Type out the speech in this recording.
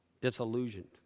disillusioned